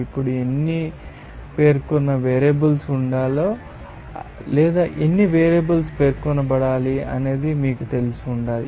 ఇప్పుడు ఎన్ని పేర్కొన్న వేరియబుల్స్ ఉండాలి లేదా ఎన్ని వేరియబుల్స్ పేర్కొనబడాలి అనేది మీకు తెలిసి ఉండాలి